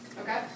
okay